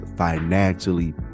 financially